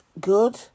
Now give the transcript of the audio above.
good